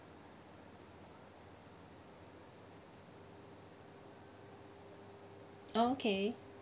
oh okay